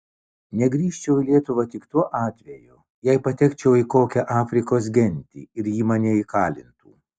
negrįžčiau į lietuvą tik tuo atveju jei patekčiau į kokią afrikos gentį ir ji mane įkalintų